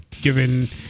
given